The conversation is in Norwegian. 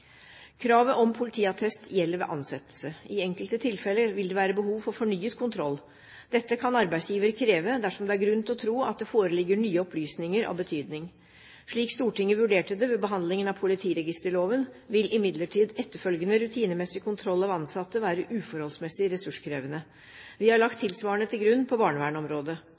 Kravet om politiattest gjelder ved ansettelse. I enkelte tilfeller vil det være behov for fornyet kontroll. Dette kan arbeidsgiver kreve dersom det er grunn til å tro at det foreligger nye opplysninger av betydning. Slik Stortinget vurderte det ved behandlingen av politiregisterloven, vil imidlertid etterfølgende rutinemessig kontroll av ansatte være uforholdsmessig ressurskrevende. Vi har lagt tilsvarende til grunn på